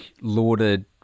lauded